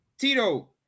Tito